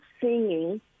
singing